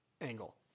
angle